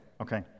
okay